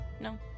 No